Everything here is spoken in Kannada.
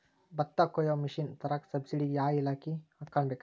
ಭತ್ತ ಕೊಯ್ಯ ಮಿಷನ್ ತರಾಕ ಸಬ್ಸಿಡಿಗೆ ಯಾವ ಇಲಾಖೆ ಕಾಣಬೇಕ್ರೇ?